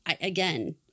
again